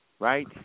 right